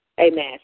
Amen